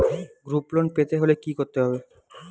Group loan পেতে হলে কি করতে হবে?